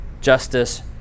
justice